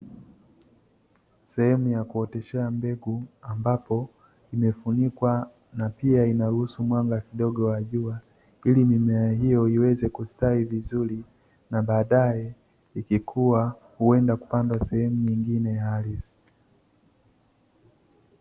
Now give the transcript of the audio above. Sehemu ya kuoteshea mbegu, ambapo imefunikwa na pia inaruhusu mwanga kidogo wa jua ili mimea hiyo iweze kustawi vizuri na baadae ikikua huenda kupandwa sehemu nyingine ya ardhi.